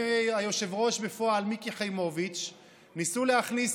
והיושבת-ראש בפועל מיקי חיימוביץ' ניסו להכניס